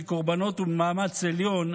מקורבנות וממאמץ עליון,